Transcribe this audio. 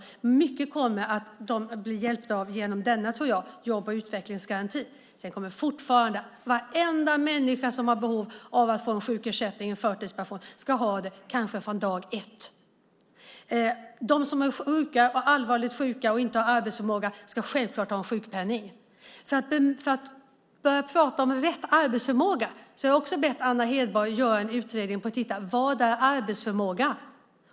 Jag tror att de kommer att bli mycket hjälpta av denna jobb och utvecklingsgaranti. Varenda människa som har behov av att få en sjukersättning eller en förtidspension ska ha det, kanske från dag ett. De som är allvarligt sjuka och inte har arbetsförmåga ska självklart ha en sjukpenning. För att vi ska kunna prata om rätt arbetsförmåga har jag också bett Anna Hedborg att göra en utredning för att titta på vad som är arbetsförmåga.